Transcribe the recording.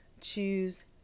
choose